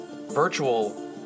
virtual